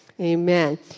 Amen